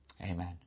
Amen